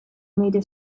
media